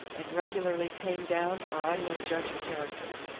and regularly tamed down or i'm no judge of character.